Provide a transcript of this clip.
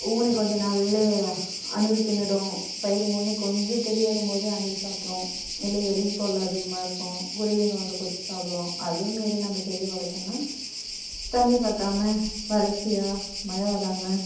ஊனி கொஞ்சம் நாளில் அணில் தின்றுடும் பயிர் ஊனி கொஞ்சம் செடி வரும்போது அணில் சாப்பிட்ரும் இதில் எலி தொல்லை அதிகமாக இருக்கும் குருவிங்க வந்து கொத்தி சாப்பிடும் அதையும் மீறி நம்ம செடி வளர்த்தன்னா தண்ணி பற்றாம வறட்சியாக மழை வராமல்